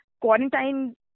quarantine